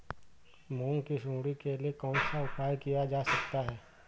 मूंग की सुंडी के लिए कौन सा उपाय किया जा सकता है?